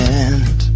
end